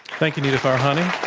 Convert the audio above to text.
thank you, nita farahany.